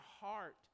heart